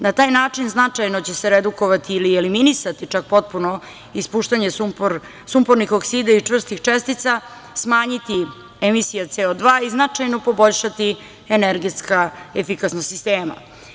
Na taj način značajno će se redukovati ili eliminisati, čak potpuno, ispuštanje sumpornih oksida i čvrstih čestica, smanjiti emisiju CO2 i značajno poboljšati energetska efikasnost sistema.